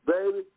Baby